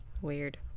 Weird